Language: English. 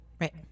Right